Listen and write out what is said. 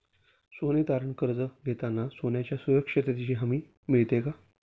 सोने तारण कर्ज घेताना सोन्याच्या सुरक्षेची हमी मिळते का?